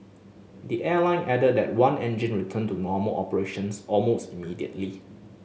the airline added that one engine returned to normal operations almost immediately